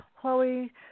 Chloe